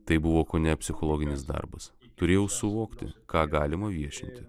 tai buvo kone psichologinis darbas turėjau suvokti ką galima viešinti